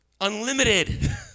unlimited